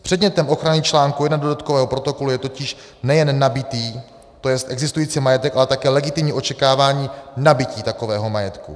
Předmětem ochrany čl. 1 dodatkového protokolu je totiž nejen nabytý, tj. existující majetek, ale také legitimní očekávání nabytí takového majetku.